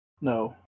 No